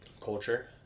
culture